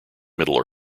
middle